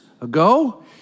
ago